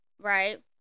right